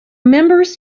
members